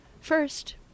First